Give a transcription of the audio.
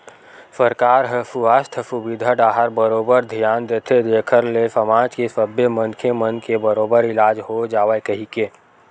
सरकार ह सुवास्थ सुबिधा डाहर बरोबर धियान देथे जेखर ले समाज के सब्बे मनखे मन के बरोबर इलाज हो जावय कहिके